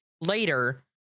later